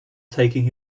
taking